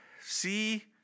see